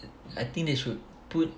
I think they should put